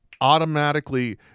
automatically